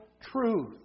truth